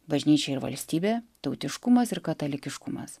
bažnyčia ir valstybė tautiškumas ir katalikiškumas